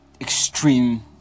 extreme